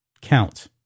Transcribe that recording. count